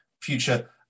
future